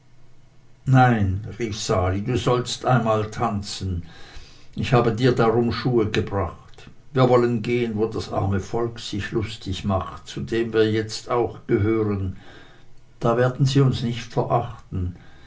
nein rief sali du sollst einmal tanzen ich habe dir darum schuhe gebracht wir wollen gehen wo das arme volk sich lustig macht zu dem wir jetzt auch gehören da werden sie uns nicht verachten